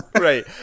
Right